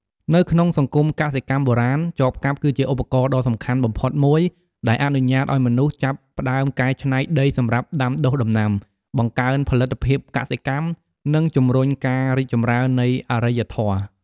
នៅក្នុងសង្គមកសិកម្មបុរាណ ចបកាប់គឺជាឧបករណ៍ដ៏សំខាន់បំផុតមួយ ដែលអនុញ្ញាតឱ្យមនុស្សចាប់ផ្ដើមកែច្នៃដីសម្រាប់ដាំដុះដំណាំ បង្កើនផលិតភាពកសិកម្ម និងជំរុញការរីកចម្រើននៃអរិយធម៌។